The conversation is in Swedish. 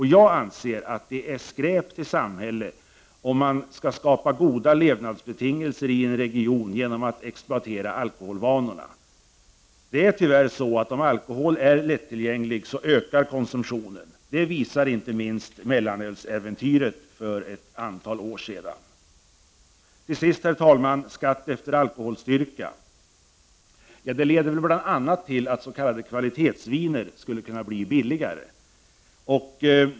Jag anser att det är skräp till samhälle om man skall skapa goda levnadsbetingelser i en region genom att exploatera alkoholvanorna. Det är tyvärr så, att om alkohol är lättillgänglig ökar konsumtionen. Det visar inte minst äventyret med mellanölet för ett antal år sedan. Så till frågan om skatt efter alkoholstyrka. Detta skulle bl.a. leda till att s.k. kvalitetsviner skulle kunna bli billigare.